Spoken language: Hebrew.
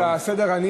רבותי, רבותי.